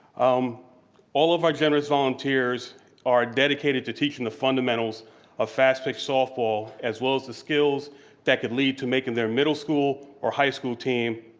um all of our generous volunteers are dedicated to teaching the fundamentals of fast pitch softball as well as the skills that can lead to making their middle school, or high school team,